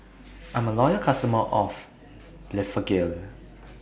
I'm A Loyal customer of Blephagel